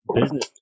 business